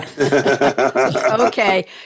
Okay